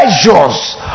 pleasures